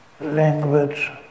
language